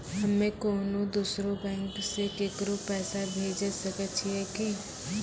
हम्मे कोनो दोसरो बैंको से केकरो पैसा भेजै सकै छियै कि?